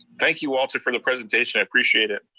thank you walter for the presentation, i appreciate it.